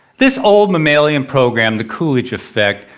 this old mammalian program, the coolidge effect,